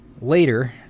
later